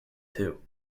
too